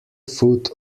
foot